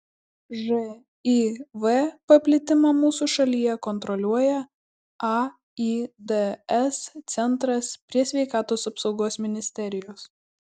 živ paplitimą mūsų šalyje kontroliuoja aids centras prie sveikatos apsaugos ministerijos